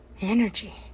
Energy